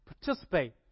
participate